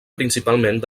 principalment